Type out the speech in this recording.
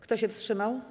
Kto się wstrzymał?